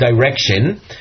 direction